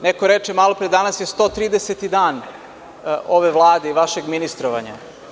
Neko je malopre rekao da je danas 130. dan ove Vlade i vašeg ministrovanja.